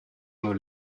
nos